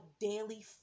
daily